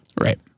Right